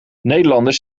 nederlanders